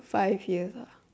five years ah